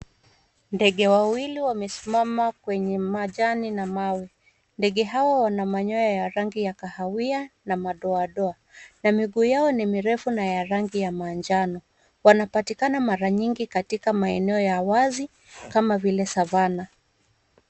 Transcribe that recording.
Ndege wawili wamesimama kwenye majani na mawe. Ndege hao wana manyoya ya rangi ya kahawia na madoadoa na miguu yao ni mirefu na manjano. Wanapatikana mara nyingi katika maeneo ya wazi kama vile savana.